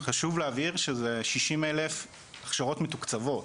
חשוב להבהיר שזה 60 אלף הכשרות מתוקצבות,